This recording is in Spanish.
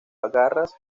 garras